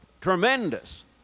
Tremendous